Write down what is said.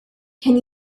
can